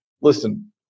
listen